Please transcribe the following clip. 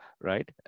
right